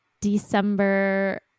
December